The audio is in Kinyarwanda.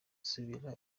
subira